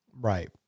Right